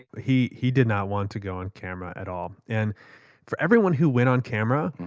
he he did not want to go on camera at all. and for everyone who went on camera.